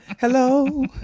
Hello